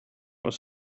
was